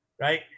Right